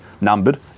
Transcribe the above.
numbered